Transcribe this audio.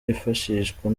yifashishwa